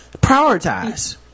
Prioritize